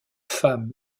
femme